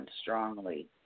strongly